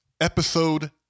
Episode